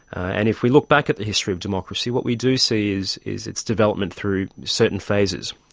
and if we look back at the history of democracy what we do see is is its development through certain phases,